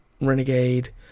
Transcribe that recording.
Renegade